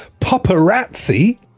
Paparazzi